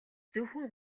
зөвхөн